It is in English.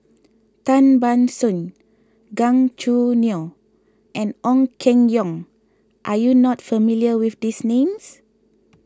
Tan Ban Soon Gan Choo Neo and Ong Keng Yong are you not familiar with these names